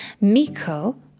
Miko